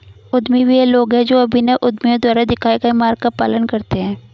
उद्यमी वे लोग हैं जो अभिनव उद्यमियों द्वारा दिखाए गए मार्ग का पालन करते हैं